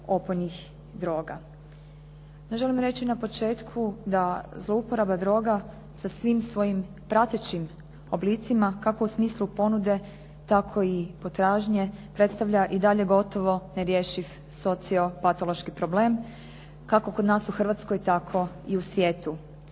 da zlouporaba droga sa svim svojim pratećim oblicima, kako u smislu ponude, tako i potražnje, predstavlja i dalje gotovo nerješiv sociopatološki problem, kako kod nas u Hrvatskoj, tako i u svijetu.